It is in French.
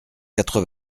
quatre